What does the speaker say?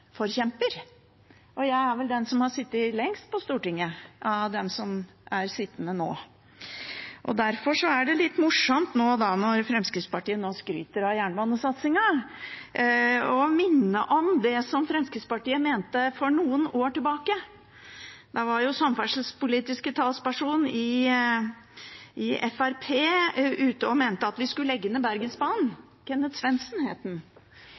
togforkjemper, og jeg er vel den som har sittet lengst på Stortinget av dem som sitter nå. Derfor er det litt morsomt, når Fremskrittspartiet nå skryter av jernbanesatsingen, å minne om det som Fremskrittspartiet mente for noen år tilbake. Da var samferdselspolitisk talsperson i Fremskrittspartiet Kenneth Svendsen ute og mente at vi skulle legge ned